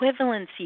equivalency